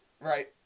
Right